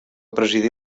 presidir